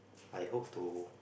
I hope to